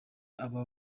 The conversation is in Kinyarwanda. aba